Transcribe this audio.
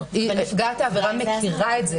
נפגעת העבירה מכירה את זה.